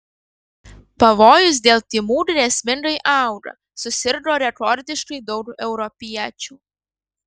pavojus dėl tymų grėsmingai auga susirgo rekordiškai daug europiečių